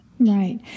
Right